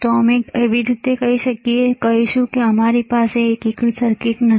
તો અમે કેવી રીતે કહીશું કે અમારી પાસે આ એકીકૃત સર્કિટ નથી